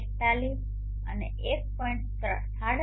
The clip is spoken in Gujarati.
2341 અને 1